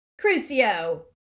Crucio